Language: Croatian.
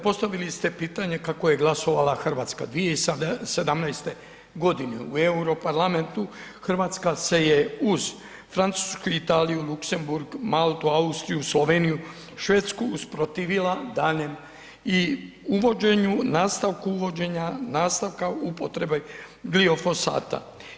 Postavili ste pitanje kako je glasovala Hrvatska, 2017.-te godine u Europarlamentu Hrvatska se je uz Francusku, Italiju, Luksemburg, Maltu, Austriju, Sloveniju, Švedsku usprotivila daljnjem i uvođenju, nastavku uvođenja, nastavka upotrebe gliofosata.